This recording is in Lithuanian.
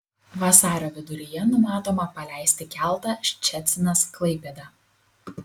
vasario viduryje numatoma paleisti keltą ščecinas klaipėda